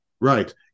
right